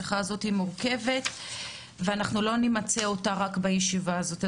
השיחה הזו מורכבת ואנחנו לא נמצה אותה רק בישיבה הזאת.